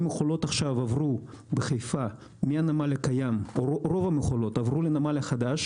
המכולות עברו עכשיו בחיפה מהנמל הקיים לנמל החדש,